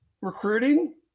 Recruiting